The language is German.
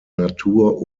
natur